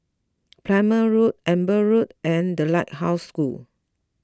Palmer Road Amber Road and the Lighthouse School